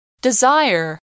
Desire